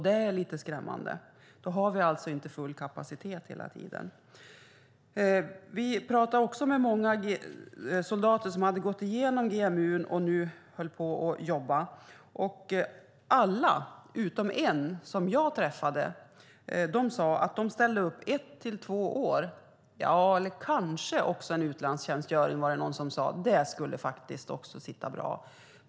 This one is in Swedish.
Det är lite skrämmande. Då har vi inte full kapacitet hela tiden. Vi pratade också med många soldater som hade gått igenom GMU och nu höll på att jobba. Alla utom en som jag träffade sade att de ställde upp i ett till två år. Någon sade: Det blir kanske också en utlandstjänstgöring. Det skulle faktiskt också sitta bra.